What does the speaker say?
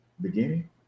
beginning